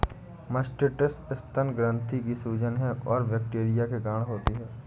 mastitis स्तन ग्रंथि की सूजन है और बैक्टीरिया के कारण होती है